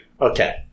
Okay